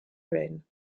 erin